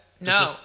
No